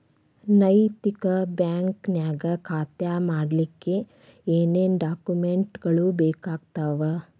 ನೈತಿಕ ಬ್ಯಾಂಕ ನ್ಯಾಗ್ ಖಾತಾ ಮಾಡ್ಲಿಕ್ಕೆ ಏನೇನ್ ಡಾಕುಮೆನ್ಟ್ ಗಳು ಬೇಕಾಗ್ತಾವ?